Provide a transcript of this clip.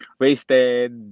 wasted